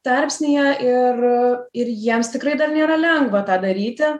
tarpsnyje ir ir jiems tikrai dar nėra lengva tą daryti